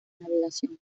navegación